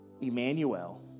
Emmanuel